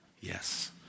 Yes